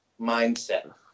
mindset